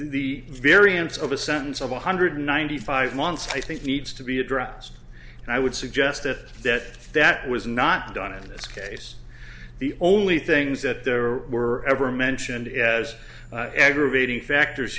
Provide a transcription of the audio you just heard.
variance of a sentence of one hundred ninety five months i think needs to be addressed and i would suggest that that that was not done in this case the only things that there were ever mentioned as aggravating factors